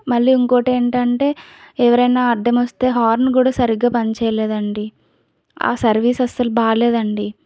మళ్ళీ ఇంకొకటి ఏంటంటే ఎవరైనా అడ్డం వస్తే హార్న్ కూడా సరిగ్గా పని చేయలేదండి ఆ సర్వీస్ అస్సలు బాలేదండి